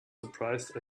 surprised